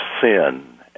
sin